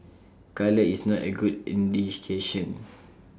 colour is not A good indication